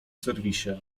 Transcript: serwisie